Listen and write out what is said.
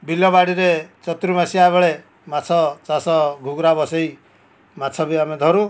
ବିଲବାଡ଼ିରେ ଚର୍ତୁମାସିଆ ବେଳେ ମାଛଚାଷ ଘୁଗୁରା ବସାଇ ମାଛ ବି ଆମେ ଧରୁ